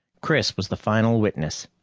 chris was the final witness.